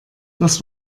das